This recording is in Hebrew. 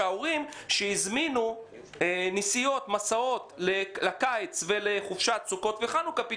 שההורים שהזמינו מסעות לקיץ ולחופשת סוכות וחנוכה לא